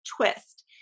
twist